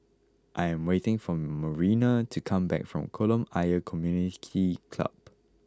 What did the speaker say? I am waiting for Marina to come back from Kolam Ayer Community Club